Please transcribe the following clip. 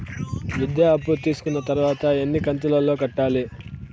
విద్య అప్పు తీసుకున్న తర్వాత ఎన్ని కంతుల లో కట్టాలి?